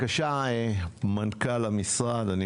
מנכ"ל המשרד, בבקשה.